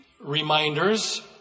Reminders